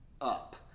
up